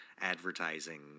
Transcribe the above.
advertising